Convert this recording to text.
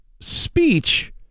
speech